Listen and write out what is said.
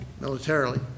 militarily